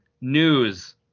news